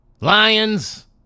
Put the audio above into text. Lions